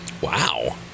Wow